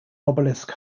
obelisk